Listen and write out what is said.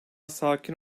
sakin